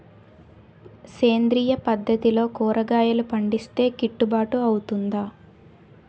సేంద్రీయ పద్దతిలో కూరగాయలు పండిస్తే కిట్టుబాటు అవుతుందా?